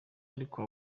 ariko